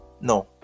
No